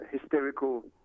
hysterical